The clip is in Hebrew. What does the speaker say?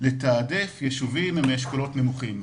לתעדף יישובים מאשכולות נמוכים,